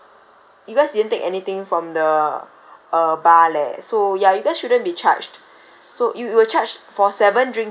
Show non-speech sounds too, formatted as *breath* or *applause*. you guys didn't take anything from the *breath* uh bar leh so ya you guys shouldn't be charged *breath* so you you were charged for seven drinks ah